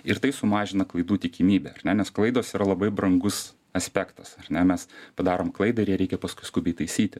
ir tai sumažina klaidų tikimybęar ne nes klaidos yra labai brangus aspektas ar ne mes padarom klaidąir ją reikia paskui skubiai taisyti